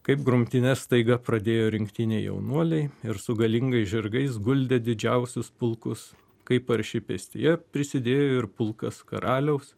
kaip grumtynes staiga pradėjo rinktiniai jaunuoliai ir su galingais žirgais guldė didžiausius pulkus kaip arši pėstija prisidėjo ir pulkas karaliaus